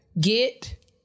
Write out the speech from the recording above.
get